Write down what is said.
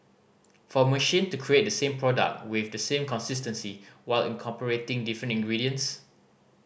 for machine to create the same product with the same consistency while incorporating different ingredients